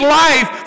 life